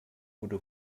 wurde